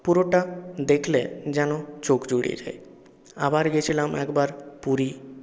পুরোটা দেখলে যেন চোখ জুড়িয়ে যায় আবার গেছিলাম একবার পুরী